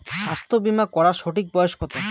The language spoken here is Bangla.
স্বাস্থ্য বীমা করার সঠিক বয়স কত?